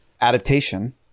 adaptation